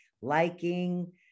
liking